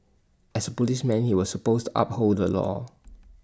as A policeman he was supposed to uphold the law